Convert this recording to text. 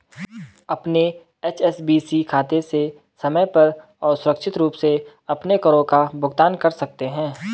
अपने एच.एस.बी.सी खाते से समय पर और सुरक्षित रूप से अपने करों का भुगतान कर सकते हैं